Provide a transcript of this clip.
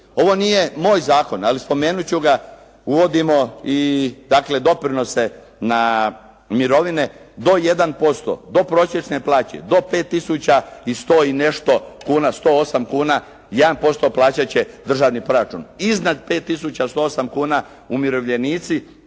Ovo nije moj zakon, ali spomenut ću ga, uvodimo i doprinose na mirovine do 1%, do prosječne plaće, do 5100 i nešto kuna, 108 kuna, 1% plaćat će državni proračun. Iznad 5108 kuna umirovljenici